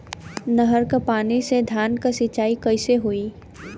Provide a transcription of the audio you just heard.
नहर क पानी से धान क सिंचाई कईसे होई?